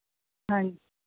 ਹਾਂਜੀ